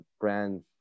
brand